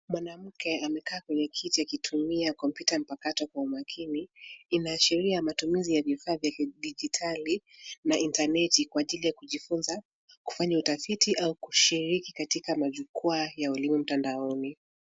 Mwanamke amekaa kwa kiti akitumia kompyuta mpakato kwa umakini. Inaashiria matumizi ya vifaa vya kidijitali na intaneti kwa ajili ya kujifunza, kufanya utafiti au kushiriki katika majukwaa ya ulio mtandaoni.